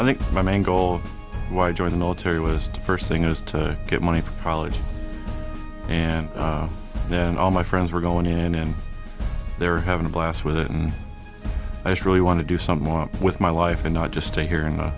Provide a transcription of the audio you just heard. i think my main goal why join the military was the first thing is to get money for college and then all my friends were going in and they're having a blast with it and i was really want to do some more with my life and not just stay here in a